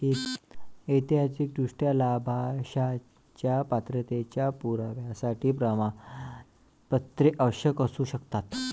ऐतिहासिकदृष्ट्या, लाभांशाच्या पात्रतेच्या पुराव्यासाठी प्रमाणपत्रे आवश्यक असू शकतात